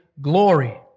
glory